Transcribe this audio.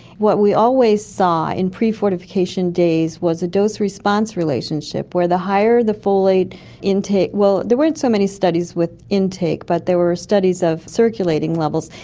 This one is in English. what we always saw in pre-fortification days was a dose response relationship where the higher the folate intake, well, there weren't so many studies with intake, but there were studies of circulating levels,